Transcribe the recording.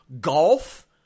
Golf